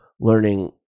learning